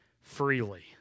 freely